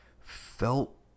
Felt